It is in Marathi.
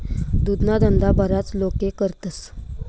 दुधना धंदा बराच लोके करतस